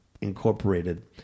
Incorporated